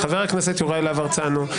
חבר הכנסת יוראי להב הרצנו,